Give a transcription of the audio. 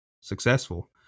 successful